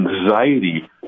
anxiety